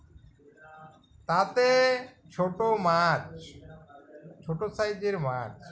তাতে ছোটো মাছ ছোটো সাইজের মাছ